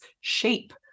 shape